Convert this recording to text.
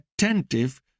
attentive